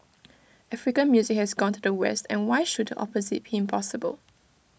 African music has gone to the west and why should the opposite be impossible